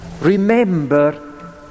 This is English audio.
Remember